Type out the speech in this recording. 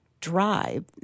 drive